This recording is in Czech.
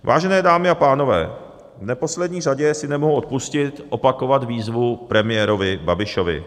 Vážené dámy a pánové, v neposlední řadě si nemohu odpustit opakovat výzvu premiérovi Babišovi.